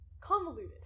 convoluted